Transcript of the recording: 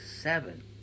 seven